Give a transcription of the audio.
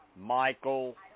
Michael